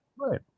Right